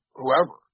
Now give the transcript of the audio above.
whoever